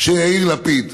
של יאיר לפיד.